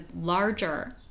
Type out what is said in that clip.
larger